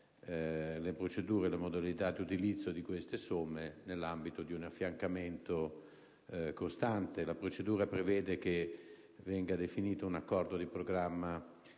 le procedure e le modalità di utilizzo di tali somme nell'ambito di un affiancamento costante. La procedura prevede che venga definito uno specifico accordo di programma,